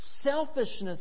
Selfishness